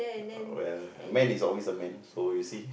well a man is always a man so you see